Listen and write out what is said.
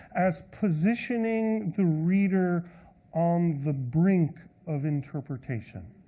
as positioning the reader on the brink of interpretation.